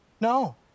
No